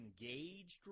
engaged